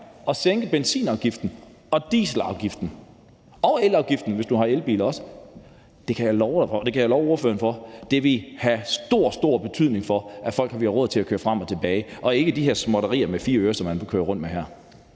sænke benzinafgiften og dieselafgiften og også elafgiften, hvis man har elbil. Jeg kan love ordføreren for, at det vil have stor, stor betydning for, at folk vil have råd til at køre frem og tilbage. Det er ikke de her småtterier med 4 øre, som man kører med her.